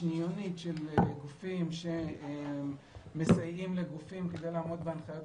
שניונית של גופים שמסייעים לגופים כדי לעמוד בהנחיות,